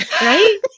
right